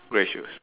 grey shoes